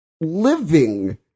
living